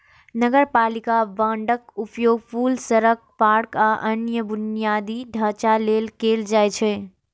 नगरपालिका बांडक उपयोग पुल, सड़क, पार्क, आ अन्य बुनियादी ढांचा लेल कैल जाइ छै